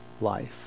life